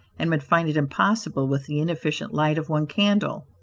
and would find it impossible with the inefficient light of one candle.